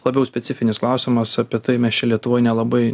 labiau specifinis klausimas apie tai mes čia lietuvoj nelabai